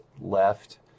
left